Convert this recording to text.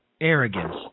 arrogance